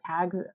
tags